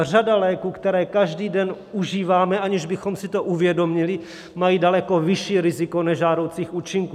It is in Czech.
Řada léků, které každý den užíváme, aniž bychom si to uvědomili, mají daleko vyšší riziko nežádoucích účinků.